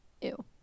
Ew